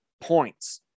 points